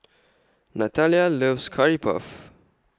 Natalia loves Curry Puff